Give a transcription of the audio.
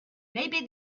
maybe